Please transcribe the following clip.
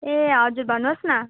ए हजुर भन्नुहोस् न